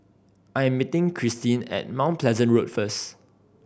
I'm meeting Cristine at Mount Pleasant Road first